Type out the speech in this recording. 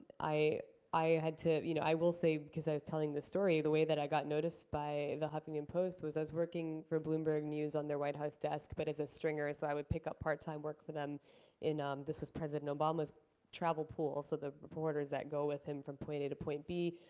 i i had to you know i will say because i was telling this story, the way that i got noticed by the huffington post was i was working for bloomberg news on their white house desk, but as a stringer. so i would pick up part-time work for them in um this was president obama's travel pool. so the reporters that go with him from point a to point b,